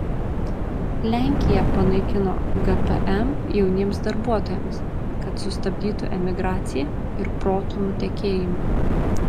lenkija panaikino gpm jauniems darbuotojams kad sustabdytų emigraciją ir protų nutekėjimą